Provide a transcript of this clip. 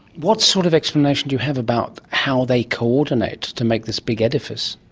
what sort of explanation do you have about how they coordinate to make this big edifice?